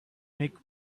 make